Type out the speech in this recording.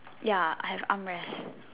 ya I have arm rests